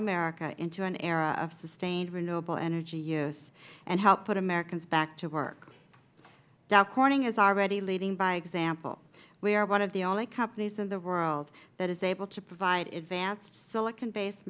america into an era of sustained renewable energy use and help put americans back to work dow corning is already leading by example we are one of the only companies in the world that is able to provide advanced silicon base